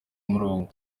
murongo